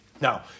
Now